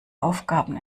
aufgaben